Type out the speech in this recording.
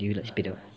did you like spit out